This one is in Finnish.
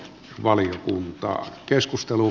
vaali intoa keskustelu